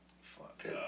Fuck